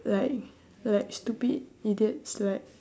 like like stupid idiots like